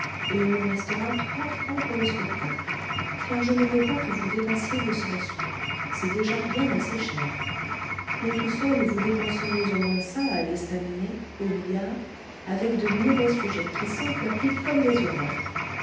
et il nous restera trois francs pour le spectacle car je ne veux pas que vous dépassiez vos cent sous c'est déjà bien assez cher mais tout seul vous dépenseriez au moins ça à l'estaminet au billard avec de mauvais sujets qui sentent la pipe comme des horreurs